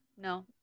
No